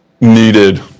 needed